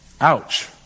Ouch